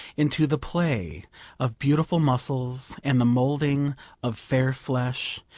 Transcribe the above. into the play of beautiful muscles and the moulding of fair flesh,